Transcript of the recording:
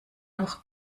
noch